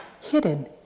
hidden